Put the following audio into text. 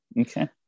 Okay